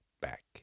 back